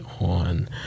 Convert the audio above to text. on